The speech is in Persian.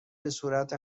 بهصورت